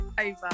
Over